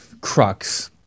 crux